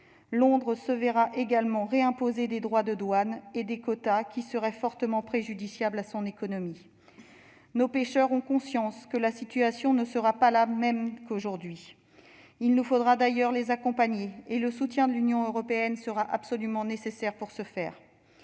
Londres se verra également réimposer des droits de douane et des quotas, fortement préjudiciables à son économie. Nos pêcheurs ont conscience que la situation ne sera pas la même à l'avenir qu'aujourd'hui. Il nous faudra les accompagner, et le soutien de l'Union européenne sera absolument nécessaire dans cette